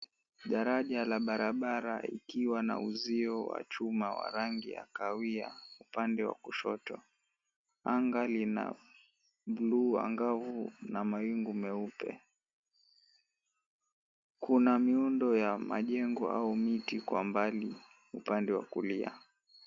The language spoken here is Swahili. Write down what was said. Daraja la barabara likiwa na uzio wa chuma wa rangi ya kahawia upande wa kushoto. Anga lina bluu angavu na mawingu meupe. Kuna miundo ya majengo au miti kwa mbali upande wa kulia.